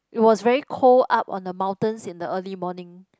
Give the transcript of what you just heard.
it was very cold up on the mountains in the early morning